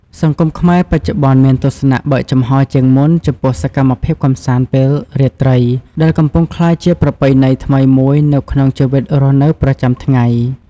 សង្គមខ្មែរបច្ចុប្បន្នមានទស្សនៈបើកចំហរជាងមុនចំពោះសកម្មភាពកម្សាន្តពេលរាត្រី ដែលកំពុងក្លាយជាប្រពៃណីថ្មីមួយនៅក្នុងជីវិតរស់នៅប្រចាំថ្ងៃ។